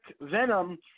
venom